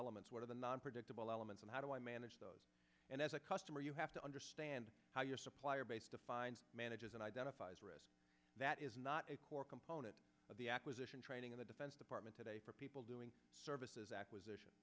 elements what are the non predictable elements and how do i manage those and as a customer you have to understand how your supplier base to find manages and identifies risks that is not a core component of the acquisition training in the defense department today for people doing services acquisition